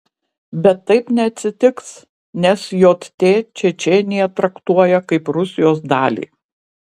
bet taip neatsitiks nes jt čečėniją traktuoja kaip rusijos dalį